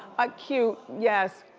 ah, cute, yes.